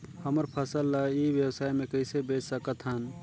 हमर फसल ल ई व्यवसाय मे कइसे बेच सकत हन?